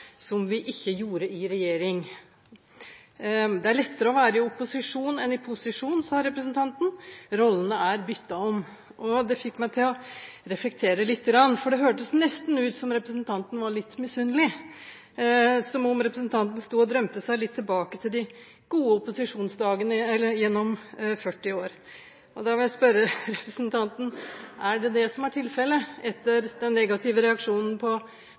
noe vi ikke gjorde i regjering. Det er lettere å være i opposisjon enn i posisjon, sa representanten. Rollene er byttet om. Det fikk meg til å reflektere litt, for det hørtes nesten ut som om representanten var litt misunnelig, som om representanten sto og drømte seg litt tilbake til de gode opposisjonsdagene gjennom 40 år. Da må jeg spørre representanten: Er det det som er tilfellet – etter den negative reaksjonen på